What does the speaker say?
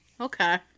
Okay